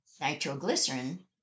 Nitroglycerin